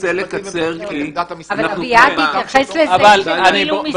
תנסה לקצר כי אנחנו כבר ב- -- גיל הוא משרת אמון.